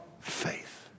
faith